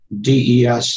DES